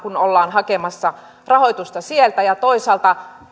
hakemassa rahoitusta sieltä ja toisaalta